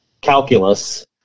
calculus